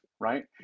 right